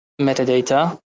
metadata